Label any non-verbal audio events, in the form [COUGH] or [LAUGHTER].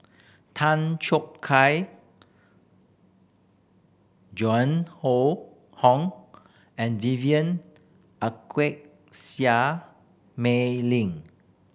Tan Choo Kai Joan [UNINTELLIGIBLE] Hon and Vivien [UNINTELLIGIBLE] Quahe Seah Mei Lin